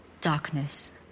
Darkness